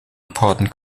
important